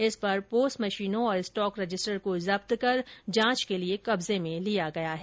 इस पर पोस मशीनों और स्टहक रजिस्टर को जब्त कर जांच के लिए कब्जे में लिया गया है